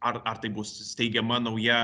ar ar tai bus steigiama nauja